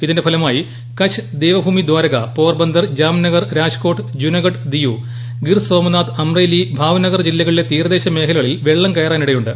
E തിന്റെ ഫലമായി കച്ച് പ ദേവഭൂമിദ്വാരക പോർബന്ദർ ജാംനഗർ രാജ്കോട്ട് ജുനഗഢ് ദിയു ഗിർസോമ നാഥ് അംറേലി ഭാവ്നഗർ ജില്ലകളിലെ തീരദേശ മേഖലകളിൽ വെള്ളം കയറാനിടയുണ്ട്